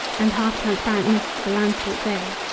and half-transparent mists the landscape veil,